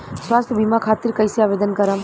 स्वास्थ्य बीमा खातिर कईसे आवेदन करम?